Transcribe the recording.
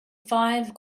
five